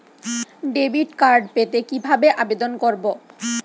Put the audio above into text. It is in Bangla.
ডেবিট কার্ড পেতে কি ভাবে আবেদন করব?